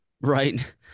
Right